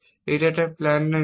এটা একটা প্ল্যান নয় কেন